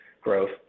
growth